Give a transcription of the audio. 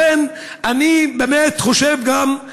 לכן, אני באמת חושב גם,